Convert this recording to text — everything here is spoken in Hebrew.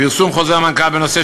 פרסום חוזר המנכ״ל בנושא,